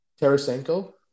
Tarasenko